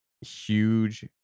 huge